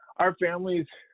our families,